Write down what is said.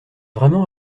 vraiment